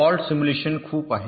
fault simulation खूप आहे